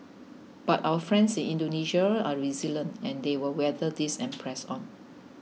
but our friends in Indonesia are resilient and they will weather this and press on